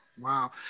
Wow